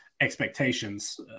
expectations